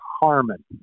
Harmon